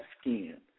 skin